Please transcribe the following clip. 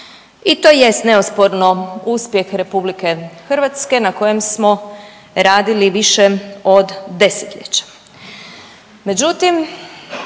I to jest neosporno uspjeh Republike Hrvatske na kojem smo radili više od desetljeća.